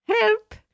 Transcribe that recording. Help